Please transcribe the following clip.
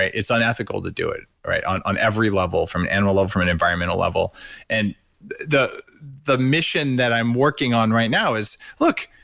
ah it's unethical to do it on on every level from an animal level, from an environmental level and the the mission that i'm working on right now is look,